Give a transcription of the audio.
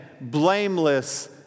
blameless